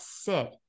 sit